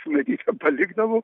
simonaitytė palikdavo